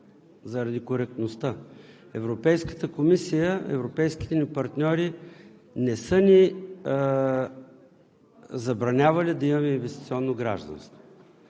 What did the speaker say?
заради коректността – Европейската комисия, европейските ни партньори не са ни забранявали да имаме инвестиционно гражданство.